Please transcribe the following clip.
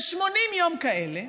על 80 יום כאלה,